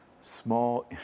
small